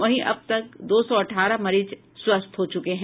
वहीं अब तक दो सौ अठारह मरीज स्वस्थ हो चुके हैं